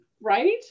Right